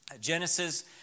Genesis